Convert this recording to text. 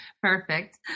Perfect